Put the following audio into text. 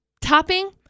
topping